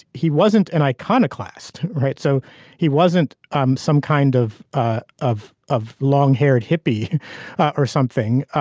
he wasn't an iconoclast right. so he wasn't um some kind of ah of of long haired hippie or something.